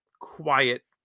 quiet